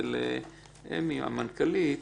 לאמי המנכ"לית -- ניסן,